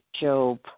Job